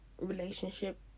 relationship